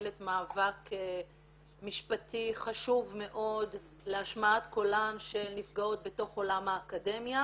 ומנהלת מאבק משפטי חשוב מאוד להשמעת קולן של נפגעות בתוך עולם האקדמיה.